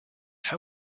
how